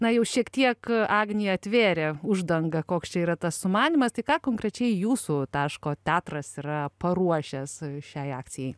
na jau šiek tiek agnija atvėrė uždangą koks čia yra tas sumanymas tai ką konkrečiai jūsų taško teatras yra paruošęs šiai akcijai